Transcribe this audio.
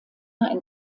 ein